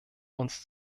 uns